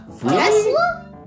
Tesla